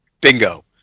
Bingo